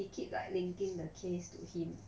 he keep like linking the case to him